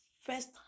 first